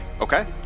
Okay